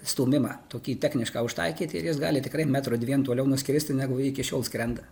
stūmimą tokį technišką užtaikyti ir jis gali tikrai metro dviem toliau nuskristi negu iki šiol skrenda